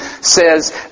says